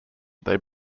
they